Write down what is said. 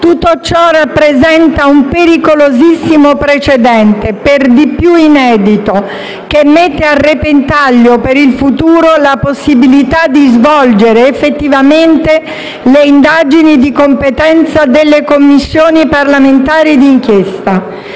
Tutto ciò rappresenta un pericolosissimo precedente - per di più inedito - che mette a repentaglio per il futuro la possibilità di svolgere effettivamente le indagini di competenza delle Commissioni parlamentari di inchiesta.